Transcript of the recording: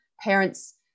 parents